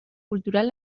cultural